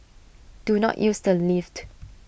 do not use the lift